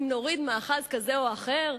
אם נוריד מאחז כזה או אחר,